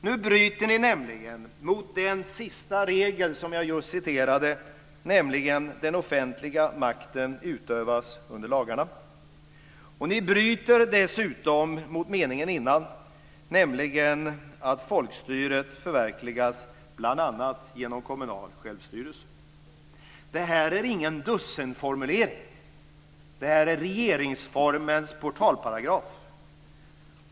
Nu bryter ni nämligen mot den sista regel som jag just citerade, nämligen att den "offentliga makten utövas under lagarna". Ni bryter dessutom mot meningen före, nämligen att folkstyrelsen förverkligas bl.a. genom kommunal självstyrelse. Det här är ingen dussinformulering. Det här är regeringsformens portalparagraf.